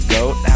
Goat